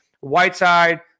Whiteside